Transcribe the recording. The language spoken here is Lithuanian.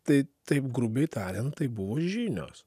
tai taip grubiai tariant tai buvo žinios